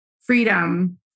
freedom